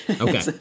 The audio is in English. Okay